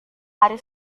hari